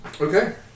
Okay